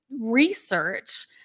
research